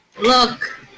Look